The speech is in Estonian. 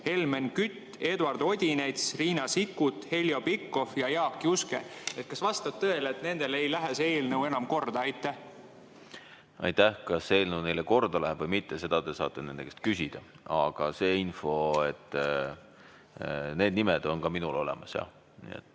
Helmen Kütt, Eduard Odinets, Riina Sikkut, Heljo Pikhof ja Jaak Juske. Kas vastab tõele, et nendele ei lähe see eelnõu enam korda? Aitäh! Seda, kas see eelnõu neile korda läheb või mitte, te saate nende käest küsida. Aga see info, need nimed on ka minul olemas, jah.